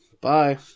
bye